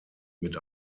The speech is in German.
mit